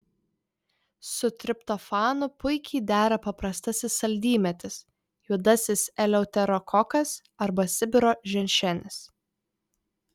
su triptofanu puikiai dera paprastasis saldymedis juodasis eleuterokokas arba sibiro ženšenis